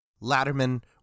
latterman